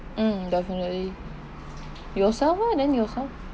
mm definitely yourself eh then yourself